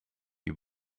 you